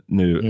nu